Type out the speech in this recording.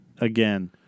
again